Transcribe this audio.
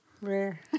rare